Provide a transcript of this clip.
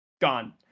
gone